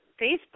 Facebook